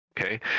Okay